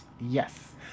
Yes